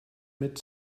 mid